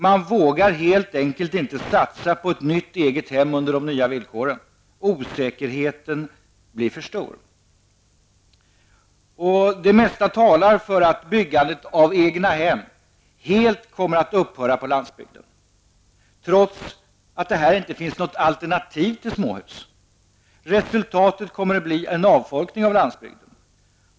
Man vågar helt enkelt inte satsa på ett nytt eget hem under de nya villkoren. Osäkerheten blir för stor. Det mesta talar för att byggandet av egnahem helt kommer att upphöra på landsbygden, trots att det här inte finns något alternativ till småhus. Resultatet kommer att bli en avfolkning av landsbygden.